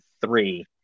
three